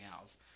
else